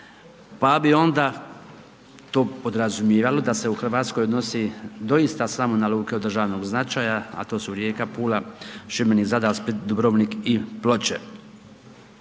pa bi onda to podrazumijevalo da se u RH odnosi doista samo na luke od državnog značaja, a to su Rijeka, Pula, Šibenik, Zadar, Split, Dubrovnik i Ploče.